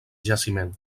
jaciment